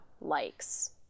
likes